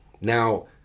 Now